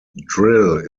drill